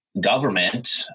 government